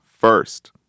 first